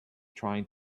trying